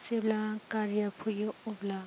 जेब्ला गारिया फैयो अब्ला